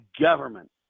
government